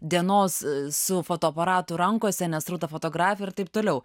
dienos su fotoaparatu rankose nes rūta fotografė ir taip toliau